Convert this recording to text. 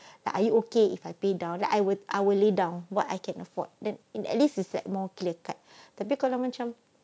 kak are you okay if I pay down then I will I will lay down what I can afford then in at least is like more clear cut tapi kalau macam